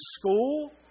school